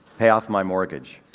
pay off my mortgage.